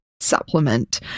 supplement